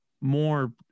more